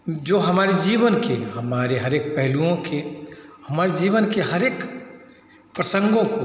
जो हमारे जीवन के हमारे हरेक पहलुओं के हमारे जीवन के हरेक प्रसंगों को